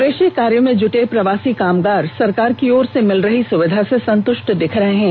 कृषि कार्य में जुटे प्रवासी कामगार सरकार की ओर से मिल रही सुविधा से संतुष्ट दिख रहे हैं